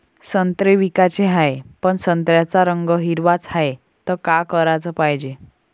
संत्रे विकाचे हाये, पन संत्र्याचा रंग हिरवाच हाये, त का कराच पायजे?